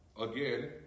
again